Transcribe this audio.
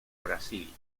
brasil